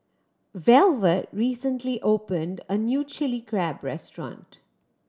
Velvet recently opened a new Chilli Crab restaurant